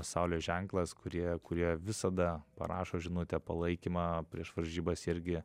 saulės ženklas kurie kurie visada parašo žinutę palaikymą prieš varžybas irgi